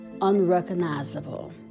unrecognizable